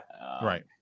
right